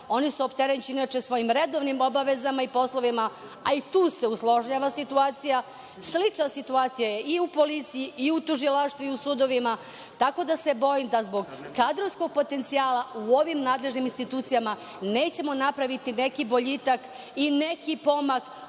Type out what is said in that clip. Oni su opterećeni svojim redovnim obavezama i poslovima, a i tu se usložnjava situacija. Sličan situacija je i u policiji i u tužilaštvu i u sudovima. Tako da se bojim da zbog kadrovskog potencijala u ovim nadležnim institucijama nećemo napraviti neki boljitak i neki pomak